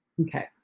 Okay